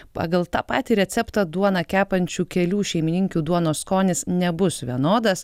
pagal tą patį receptą duoną kepančių kelių šeimininkių duonos skonis nebus vienodas